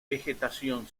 vegetación